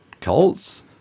cults